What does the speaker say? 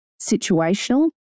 situational